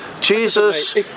Jesus